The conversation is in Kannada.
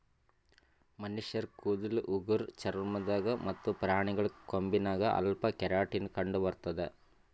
ಮನಶ್ಶರ್ ಕೂದಲ್ ಉಗುರ್ ಚರ್ಮ ದಾಗ್ ಮತ್ತ್ ಪ್ರಾಣಿಗಳ್ ಕೊಂಬಿನಾಗ್ ಅಲ್ಫಾ ಕೆರಾಟಿನ್ ಕಂಡಬರ್ತದ್